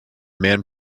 man